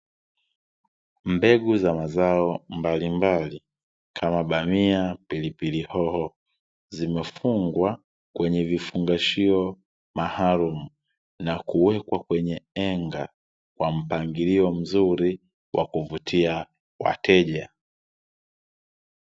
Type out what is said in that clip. Mbegu za mazao mbalimbali, kama bamia, pilipili hoho. Zimefungwa kwenye vifungashio maalumu, na kuwekwa kwenye henga, kwa mpangilio mzuri wa kuvutia wateja.